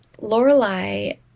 Lorelai